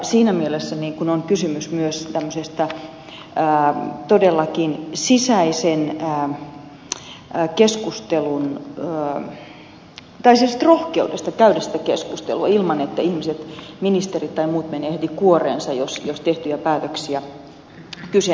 siinä mielessä on kysymys myös todellakin sisäisestä keskustelusta tai siis rohkeudesta käydä sitä keskustelua ilman että ihmiset ministerit tai muut menevät heti kuoreensa jos tehtyjä päätöksiä kyseenalaistetaan